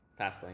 Fastlane